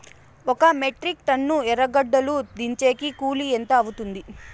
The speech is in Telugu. ఒక మెట్రిక్ టన్ను ఎర్రగడ్డలు దించేకి కూలి ఎంత అవుతుంది?